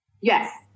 Yes